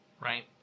right